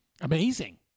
Amazing